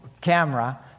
camera